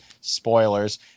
spoilers